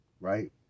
right